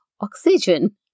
oxygen